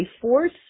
force